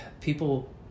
People